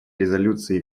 резолюции